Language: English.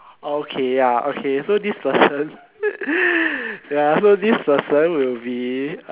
okay ya okay so this person ya so this person will be